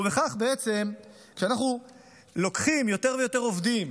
ובכך שאנחנו לוקחים יותר ויותר עובדים